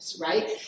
right